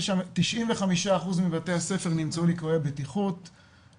ב-95% מבתי הספר נמצאו ליקויי בטיחות,